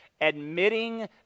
admitting